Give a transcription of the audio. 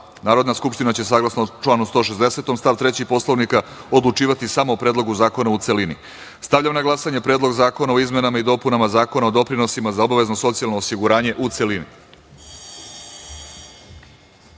Narodna skupština će, saglasno članu 160. stav 3. Poslovnika, odlučivati samo o Predlogu zakona u celini. Stavljam na glasanje Predlog zakona o izmenama i dopunama Zakona o doprinosima za obavezno socijalno osiguranje, u